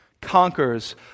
conquers